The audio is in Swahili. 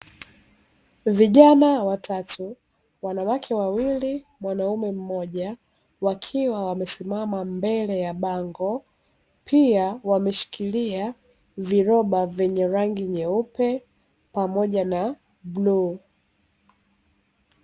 Vijana watatu; wanawake wawili, mwanaume mmoja wakiwa wamesimama mbele ya bango pia wameshikilia viroba vyenye rangi nyeupe pamoja na bluu.